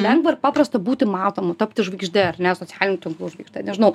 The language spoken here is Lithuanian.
lengva ir paprasta būti matomu tapti žvaigžde ar ne socialinių tinklų žvaigžde nežinau